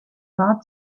war